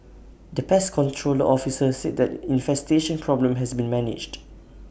the pest control the officer said that infestation problem has been managed